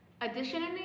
Additionally